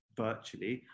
virtually